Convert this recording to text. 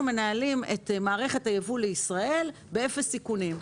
אנחנו מנהלים את מערכת הייבוא לישראל באפס סיכונים,